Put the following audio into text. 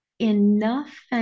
Enough